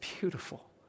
beautiful